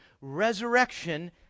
resurrection